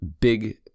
big